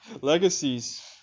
Legacies